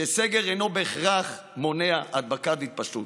שסגר אינו בהכרח מונע הדבקה והתפשטות.